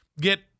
get